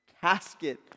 casket